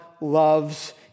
loves